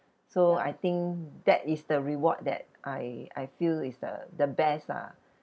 so I think that is the reward that I I feel is the the best lah